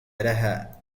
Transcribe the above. لها